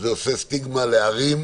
זה יוצר סטיגמה על ערים,